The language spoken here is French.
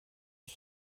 mes